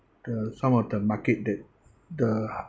the some of the market that uh